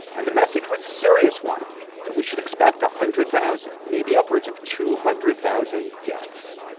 and the message was a serious one that we should expect a hundred thousand or maybe upwards of two hundred thousand deaths.